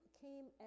came